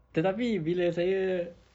tetapi bila saya